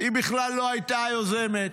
היא בכלל לא הייתה היוזמת.